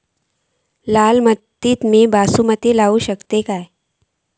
लाल मातीत मी बासमती लावू शकतय काय?